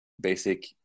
basic